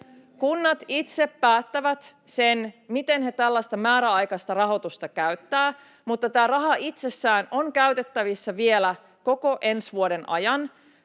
Kunnat itse päättävät, miten ne tällaista määräaikaista rahoitusta käyttävät, mutta tämä raha itsessään on käytettävissä vielä koko ensi vuoden ajan.